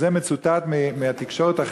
וזה מצוטט מהתקשורת החילונית,